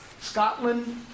Scotland